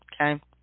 Okay